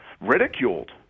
ridiculed